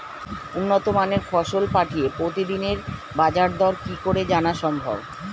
উন্নত মানের ফসল পাঠিয়ে প্রতিদিনের বাজার দর কি করে জানা সম্ভব?